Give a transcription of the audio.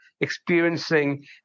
experiencing